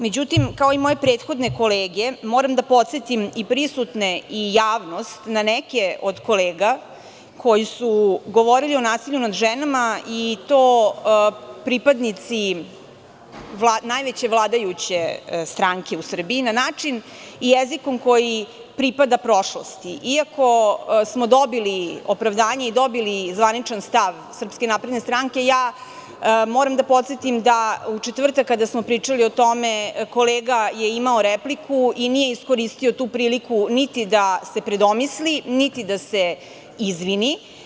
Međutim, kao i moje prethodne kolege, moram da podsetim i prisutne i javnost na neke od kolega koji su govorili o nasilju nad ženama, i to pripadnici najveće vladajuće stranke u Srbiji, na način i jezikom koji pripada prošlosti, iako smo dobili opravdanje i dobili zvaničan stav SNS, ja moram da podsetim da u četvrtak kada smo pričali o tome, kolega je imao repliku i nije iskoristio tu priliku niti da se predomisli, niti da se izvini.